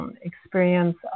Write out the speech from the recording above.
experience